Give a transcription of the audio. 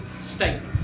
statement